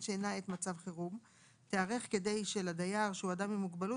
שאינה עת מצב חירום תיערך כדי שלדייר שהוא אדם עם מוגבלות